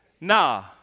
Nah